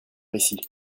ici